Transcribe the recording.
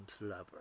lover